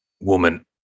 woman